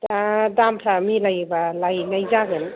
दा दामफ्रा मिलायोबा लायनाय जागोन